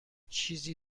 چیزی